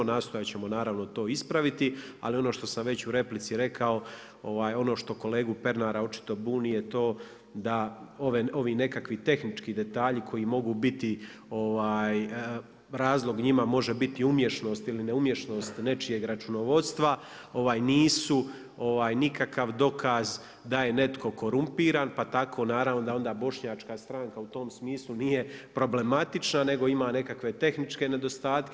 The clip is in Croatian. Nastojat ćemo naravno to ispraviti, ali ono što sam već u replici rekao, ono što kolegu Pernara očito buni je to da ovi nekakvi tehnički detalji koji mogu biti razlog njima može biti umješnost ili neumješnost nečijeg računovodstva nisu nikakav dokaz da je netko korumpiran, pa tako naravno da onda Bošnjačka stranka u tom smislu nije problematična nego ima nekakve nedostatke.